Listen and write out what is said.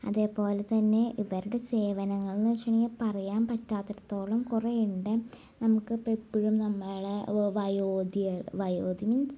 അതേപോലെ തന്നെ ഇവരുടെ സേവനങ്ങൾ എന്നുവെച്ചാൽ പറയാൻ പറ്റാത്തിടത്തോളം കുറേ ഉണ്ട് നമുക്കിപ്പോൾ എപ്പോഴും നമ്മളെ വയോധിയായി വയോധി മീൻസ്